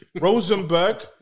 Rosenberg